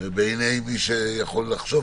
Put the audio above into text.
בעיני מישהו אחד,